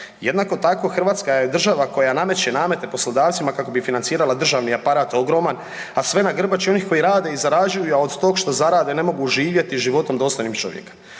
Jednako tako Hrvatska je država koja nameće namete poslodavcima kako bi financirala državni aparat ogroman, a sve na grbači onih koji rade i zarađuju, a od tog što zarade ne mogu živjeti životom dostojnim čovjeka.